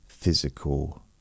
physical